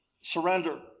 surrender